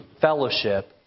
fellowship